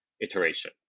iteration